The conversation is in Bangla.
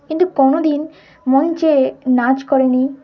কিন্তু কোনো দিন মন চেয়ে নাচ করেনি